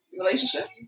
relationship